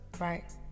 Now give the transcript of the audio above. Right